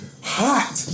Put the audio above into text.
hot